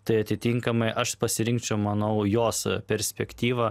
tai atitinkamai aš pasirinkčiau manau jos perspektyvą